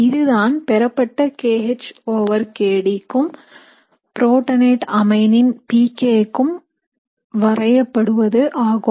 இதுதான் பெறப்பட்ட kH over kD கும் புரோட்டனேட் அமைனின் pKa கும் வரையப்படுவது ஆகும்